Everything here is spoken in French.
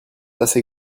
assez